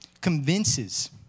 convinces